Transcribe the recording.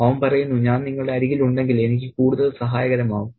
അവൻ പറയുന്നു ഞാൻ നിങ്ങളുടെ അരികിലുണ്ടെങ്കിൽ എനിക്ക് കൂടുതൽ സഹായകരമാകും